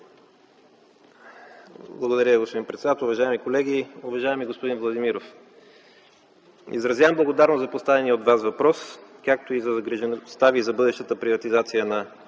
Благодаря Ви, господин председател. Уважаеми колеги, уважаеми господин Владимиров! Изразявам благодарност за поставения от Вас въпрос, както и за загрижеността Ви за бъдещата приватизация на